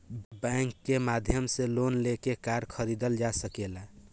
bank के माध्यम से लोन लेके कार खरीदल जा सकेला